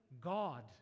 God